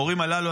המורים הללו,